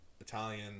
Italian